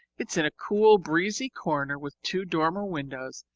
it's in a cool, breezy corner with two dormer windows,